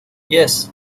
yes